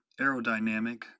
Aerodynamic